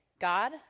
God